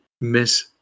Miss